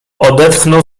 odetchnął